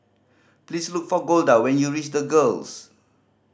please look for Golda when you reach The Girls